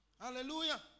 Hallelujah